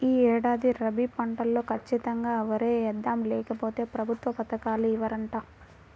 యీ ఏడాది రబీ పంటలో ఖచ్చితంగా వరే యేద్దాం, లేకపోతె ప్రభుత్వ పథకాలు ఇవ్వరంట